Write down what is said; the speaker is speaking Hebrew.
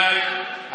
חבריי,